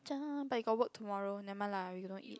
but you got work tomorrow nevermind lah we gonna eat